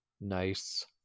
Nice